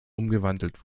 umgewandelt